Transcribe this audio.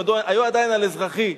הם היו עדיין על אזרחי.